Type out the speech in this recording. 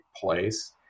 place